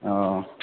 अह